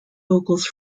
vocals